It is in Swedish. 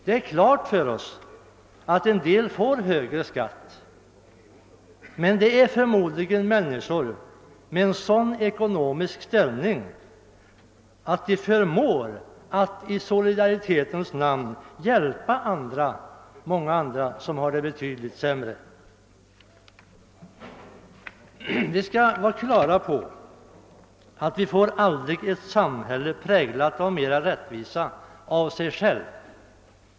Det är klart att en del människor får betala högre skatt, men det är då förmodligen människor med sådan ekonomisk ställning att de i solidaritetens namn förmår att hjälpa många andra som har det betydligt sämre. Vi måste ha klart för oss att det inte går att av sig självt få fram ett av rättvisa präglat samhälle.